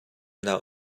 nak